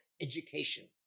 education